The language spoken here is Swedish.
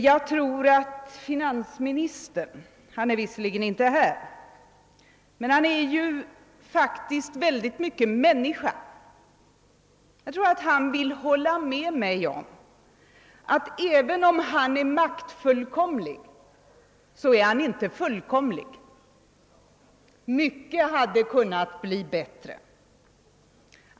Jag tror att finansministern, som är väldigt mycket människa — och som tyvärr inte är här nu — håller med mig om att han, även om han är maktfullkomlig dock inte är fullkomlig. Mycket hade kunnat bli bättre.